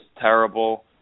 terrible